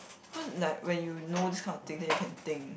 cause like when you know these kind of thing then you can think